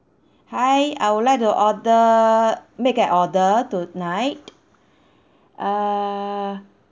hi I would like to order make an order tonight err